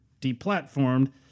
deplatformed